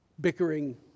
bickering